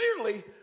clearly